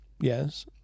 Yes